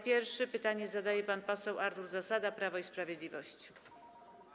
Pierwszy pytanie zada pan poseł Artur Zasada, Prawo i Sprawiedliwość.